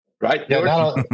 right